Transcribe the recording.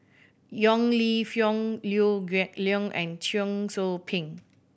Yong Lew Foong Liew Geok Leong and Cheong Soo Pieng